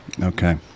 okay